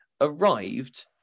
Arrived